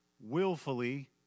willfully